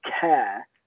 care